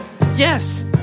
Yes